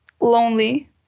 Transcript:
lonely